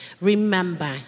Remember